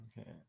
okay